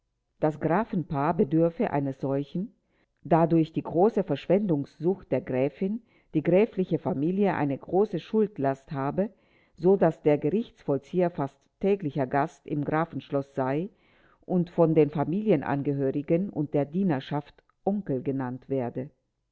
das grafenpaar bedürfe eines solchen da durch die große verschwendungssucht der gräfin die gräfliche familie eine große schuldenlast habe so daß der gerichtsvollzieher fast täglicher gast im grafenschloß sei und von den familienangehörigen und der dienerschaft onkel genannt werde